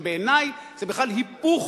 ובעיני זה בכלל היפוך.